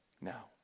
Now